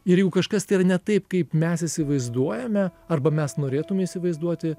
ir jeigu kažkas tai yra ne taip kaip mes įsivaizduojame arba mes norėtumėme įsivaizduoti